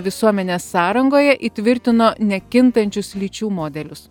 visuomenės sąrangoje įtvirtino nekintančius lyčių modelius